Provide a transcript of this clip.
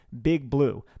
BIGBLUE